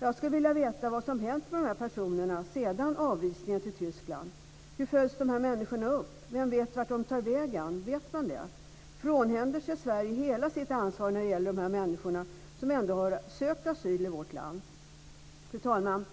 Jag skulle vilja veta vad som har hänt med dessa personer efter avvisningen till Tyskland? Hur följs dessa människor upp? Vem vet vart de tar vägen? Vet man det? Frånhänder sig Sverige hela sitt ansvar för dessa människor som ändå har sökt asyl i vårt land. Fru talman!